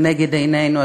לנגד עינינו,